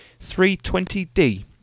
320d